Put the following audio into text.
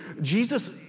Jesus